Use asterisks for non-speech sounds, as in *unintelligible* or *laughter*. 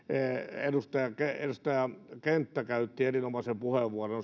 edustaja edustaja kenttä käytti erinomaisen puheenvuoron *unintelligible*